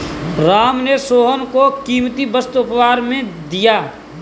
राम ने सोहन को कीमती वस्तु उपहार में दिया